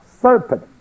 serpent